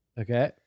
Okay